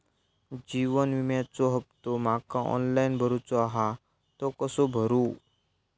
जीवन विम्याचो हफ्तो माका ऑनलाइन भरूचो हा तो कसो भरू?